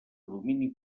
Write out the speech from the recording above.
domini